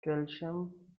calcium